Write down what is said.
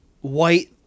white